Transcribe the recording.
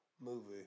movie